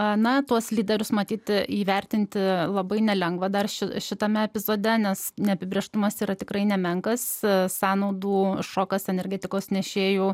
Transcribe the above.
ana tuos lyderius matyti įvertinti labai nelengva dar šių šitame epizode nes neapibrėžtumas yra tikrai nemenkas sąnaudų šokas energetikos nešėjų